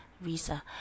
visa